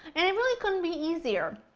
and it really couldn't be easier.